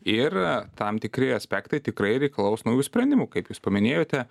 ir tam tikri aspektai tikrai reikalaus naujų sprendimų kaip jūs paminėjote